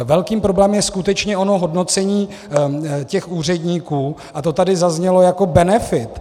Velký problém je skutečně ono hodnocení úředníků a to tady zaznělo jako benefit.